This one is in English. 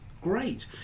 great